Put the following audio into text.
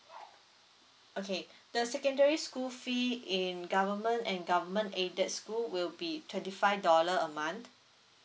okay the secondary school fee in government and government aided school will be twenty five dollar a month